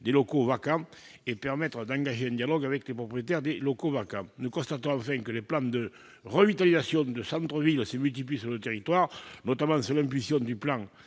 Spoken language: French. des locaux vacants et à permettre d'engager un dialogue avec les propriétaires de ces locaux. Alors que les plans de revitalisation de centre-ville se multiplient sur le territoire, notamment sous l'impulsion du plan